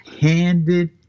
handed